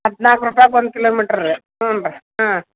ಹದಿನಾಲ್ಕು ರೂಪಾಯ್ಗೆ ಒಂದು ಕಿಲೋಮೀಟ್ರ್ ರೀ ಹ್ಞೂ ರೀ ಹಾಂ